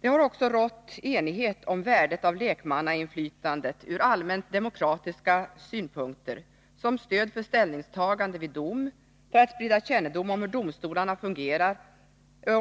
Det har också rått enighet om värdet av lekmannainflytandet från allmänt demokratiska synpunkter, som stöd för ställningstagande vid dom, för spridning av kännedom om hur domstolarna fungerar